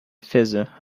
feather